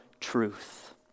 truth